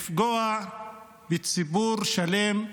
לפגוע בציבור שלם,